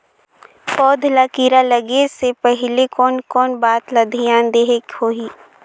पौध ला कीरा लगे से पहले कोन कोन बात ला धियान देहेक होही?